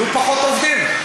יהיו פחות עובדים.